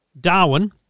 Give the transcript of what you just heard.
Darwin